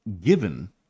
given